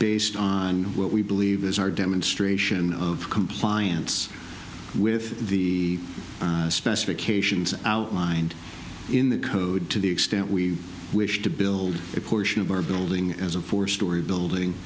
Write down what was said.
based on what we believe is our demonstration of compliance with the specifications outlined in the code to the extent we wish to build a portion of our building as a four story building